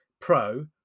Pro